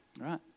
Right